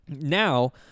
Now